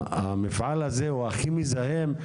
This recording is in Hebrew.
המפעל הזה הוא הכי מזהם?